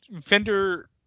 Fender